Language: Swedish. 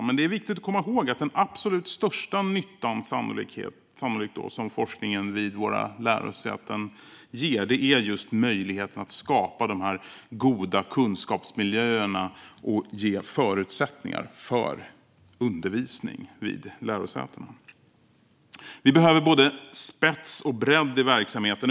Men det är viktigt att komma ihåg att den sannolikt absolut största nyttan som forskningen vid våra lärosäten ger är just möjligheten att skapa de goda kunskapsmiljöerna och ge förutsättningar för undervisning vid lärosätena. Vi behöver både spets och bredd i verksamheten.